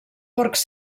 porcs